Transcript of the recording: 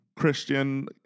Christian